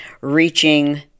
reaching